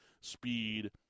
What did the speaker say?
speed